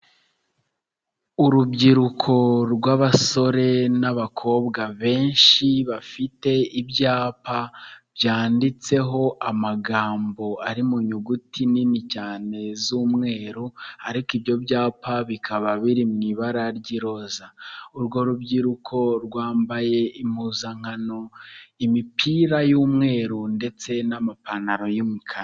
Urubyiruko rw'abasore n'abakobwa benshi bafite ibyapa byanditseho amagambo ari munyuguti nini cyane z'umweru ariko ubyo byapa bikaba biri mu ibara ry'iroza, urwo rubyiruko rwambaye impuzankano imipira y'umweru ndetse n'amapantaro y'umukara.